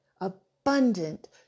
abundant